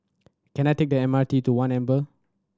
can I take the M R T to One Amber